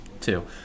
Two